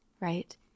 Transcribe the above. right